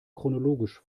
chronologisch